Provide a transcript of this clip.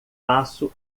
passo